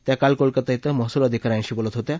त्या काल कोलकता क्वें महसूल अधिका यांशी बोलत होत्या